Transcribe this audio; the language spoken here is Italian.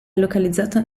localizzato